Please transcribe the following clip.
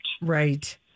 Right